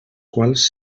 quals